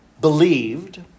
believed